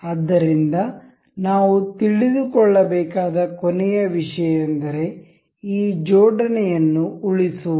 ಆದ್ದರಿಂದ ನಾವು ತಿಳಿದುಕೊಳ್ಳಬೇಕಾದ ಕೊನೆಯ ವಿಷಯ ಎಂದರೆ ಈ ಜೋಡಣೆಯನ್ನು ಉಳಿಸುವದು